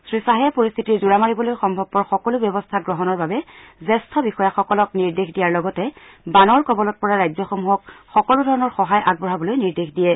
শ্ৰীশ্বাহে পৰিস্থিতিৰ জোৰা মাৰিবলৈ সম্ভৱপৰ সকলো ব্যৱস্থা গ্ৰহণৰ বাবে জ্যেষ্ঠ বিষয়াসকলক নিৰ্দেশ দিয়াৰ লগতে বানৰ কবলত পৰা ৰাজ্যসমূহক সকলোধৰণৰ সহায় আগবঢ়াবলৈ নিৰ্দেশ দিয়ে